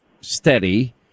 steady